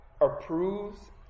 approves